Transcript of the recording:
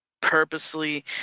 purposely